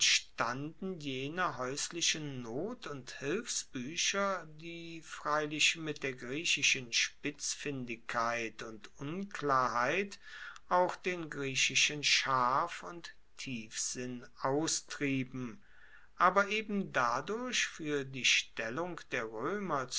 jene haeuslichen not und hilfsbuecher die freilich mit der griechischen spitzfindigkeit und unklarheit auch den griechischen scharf und tiefsinn austrieben aber eben dadurch fuer die stellung der